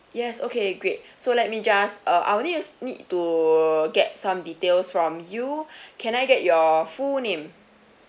yes okay great so let me just uh I will need you need to get some details from you can I get your full name